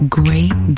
great